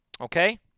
okay